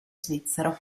svizzero